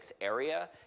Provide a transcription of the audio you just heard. area